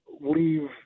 leave